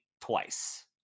twice